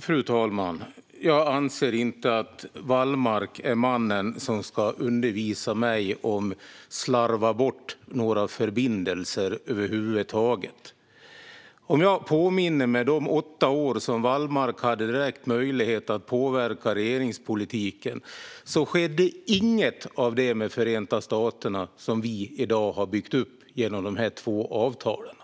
Fru talman! Jag anser inte att Wallmark är mannen som ska undervisa mig när det gäller att slarva bort förbindelser. Under de åtta år då Wallmark hade direkt möjlighet att påverka regeringspolitiken skedde inget av det som vi i dag har byggt upp med Förenta staterna genom de här två avtalen.